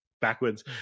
backwards